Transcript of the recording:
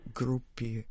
gruppi